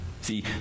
See